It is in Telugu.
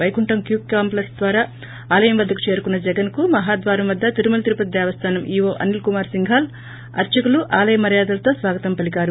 పైకుంఠం క్యూ కాంప్లిక్స్ ద్వారా ఆలయం వద్దకు చేరుకున్న జగన్కు మహాద్వారం వద్ద తిరుమాల తిణరుపతి విదేవస్థానం ఈవో అనిల్కుమార్ సింఘాల్ అర్సకులు ఆలయ మర్కాదలతో స్వాగతం పలికారు